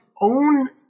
own